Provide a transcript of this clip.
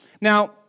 Now